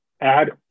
add